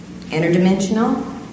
interdimensional